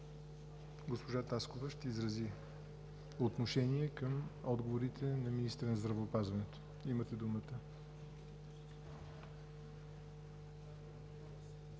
Госпожа Таскова ще изрази отношение към отговорите на министъра на здравеопазването. Имате думата.